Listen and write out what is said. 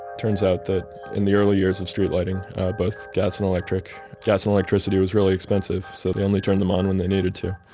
turns out that in the early years of street lighting, both gas and electric gas and electricity was really expensive, so they only turned them on when they needed to.